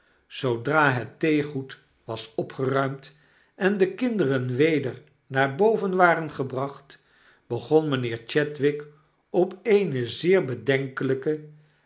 zoodra het theegoed was opgeruimd en de kinderen weder naar boven waren gebracht begon mynheer chadwick op eene zeer bedenkeiyke